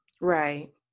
Right